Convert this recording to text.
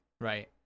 right